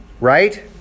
right